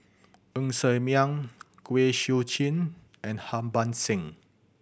Ng Ser Miang Kwek Siew Jin and Harbans Singh